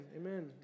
amen